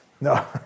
No